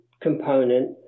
component